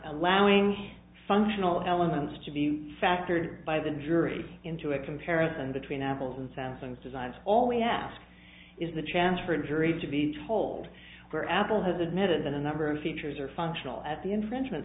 allowing functional elements to be factored by the jury into a comparison between apples and sounds and designs all we ask is the chance for a jury to be told where apple has admitted a number of features are functional at the infringement